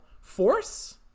force